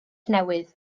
newydd